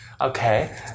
Okay